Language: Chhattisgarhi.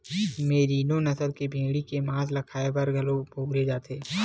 मेरिनों नसल के भेड़ी के मांस ल खाए बर घलो बउरे जाथे